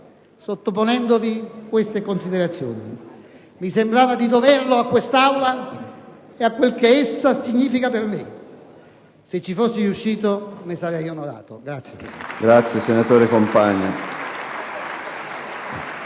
sottoponendovi queste considerazioni. Mi sembrava di doverlo a quest'Assemblea e a quel che essa significa per me. Se ci fossi riuscito, ne sarei onorato. Grazie!